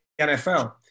NFL